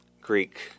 Greek